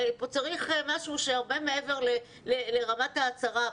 פה צריך משהו שהוא הרבה מעבר לרמת ההצהרה.